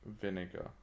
vinegar